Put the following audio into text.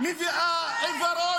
זאת תהיה קריאה שנייה.